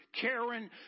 Karen